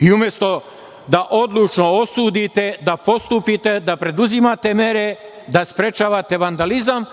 i, umesto da odlučno osudite, da postupite, da preduzimate mere, da sprečavate vandalizam,